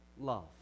love